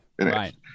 right